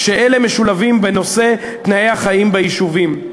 כשאלה משולבים בנושא תנאי החיים ביישובים,